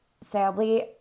sadly